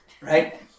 right